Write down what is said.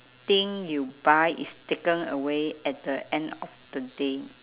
thing you buy is taken away at the end of the day